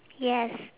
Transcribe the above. yes